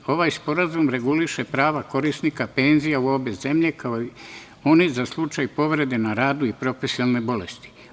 Ovaj sporazum reguliše prava korisnika penzija u obe zemlje, kao i onih za slučaj povrede na radu i profesionalne bolesti.